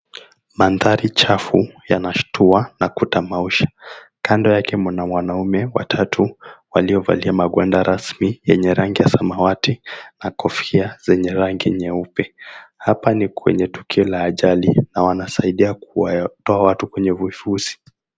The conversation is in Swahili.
Mandhari chafu yanastua na kutamausha. Kando yake mna wanaume watatu waliovalia magwanda rasmi yenye rangi ya samawati na kofia zenye rangi nyeupe. Hapa ni kwenye tukio la ajali na wanasaidia kuwatoa watu kwenye vifushi.